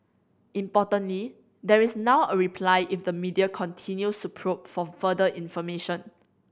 importantly there is now a reply if the media continues to probe for further information